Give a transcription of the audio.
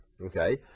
Okay